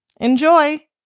Enjoy